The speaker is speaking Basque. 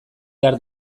behar